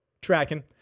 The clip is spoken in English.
Tracking